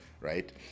right